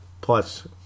Plus